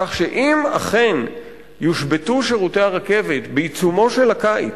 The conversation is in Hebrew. כך שאם אכן יושבתו שירותי הרכבת בעיצומו של הקיץ,